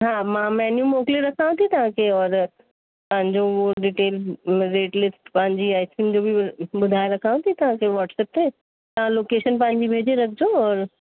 हा मां मेन्यू मोकिले रखांव थी तव्हांखे और तव्हांजो ऊ डिटेल रेट लिस्ट पंहिंजी आइस्क्रीम जो बि ॿु ॿुधाए रखांव थी तव्हांखे वाट्सअप ते तव्हां लोकेशन पंहिंजी भेजे रखिजो और